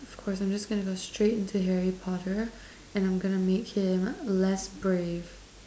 of course I'm just gonna go straight into Harry Potter and I'm gonna make him less brave